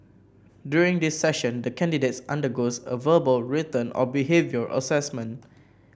during this session the candidate undergoes a verbal written and behavioural assessment